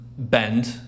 bend